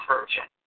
Version